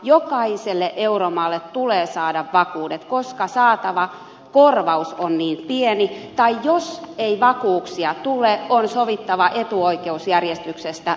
jokaiselle euromaalle tulee saada vakuudet koska saatava korvaus on niin pieni tai jos ei vakuuksia tule on sovittava etuoikeusjärjestyksestä euromaiden osalta